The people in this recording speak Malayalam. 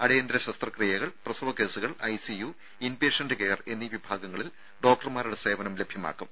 അടിയന്തര ശസ്ത്രക്രിയകൾ പ്രസവ കേസുകൾ ഐസിയു ഇൻപേഷ്യന്റ് കെയർ എന്നീ വിഭാഗങ്ങളിൽ ഡോക്ടർമാരുടെ സേവനം ലഭ്യമാക്കും